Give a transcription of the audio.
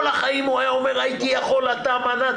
כל החיים הוא היה אומר הייתי יכול, אתה מנעת.